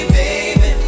baby